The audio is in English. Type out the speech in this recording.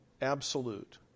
Absolute